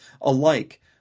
alike